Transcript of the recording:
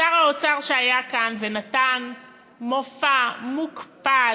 שר האוצר שהיה כאן ונתן מופע מוקפד,